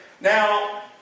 Now